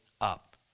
up